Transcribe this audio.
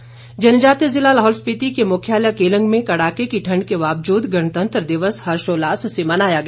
केलंग किन्नौर जनजातीय ज़िला लाहौल स्पिति के मुख्यालय केलंग में कड़ाके की ठंड के बावजूद गणतंत्र दिवस हर्षोल्लास से मनाया गया